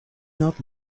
not